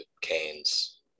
Canes